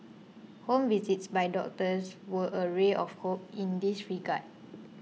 home visits by doctors were a ray of hope in this regard